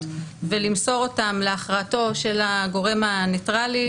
ולמסור אותם להכרעתו של הגורם הניטרלי,